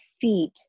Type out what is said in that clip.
feet